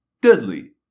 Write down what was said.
deadly